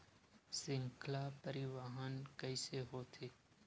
श्रृंखला परिवाहन कइसे होथे?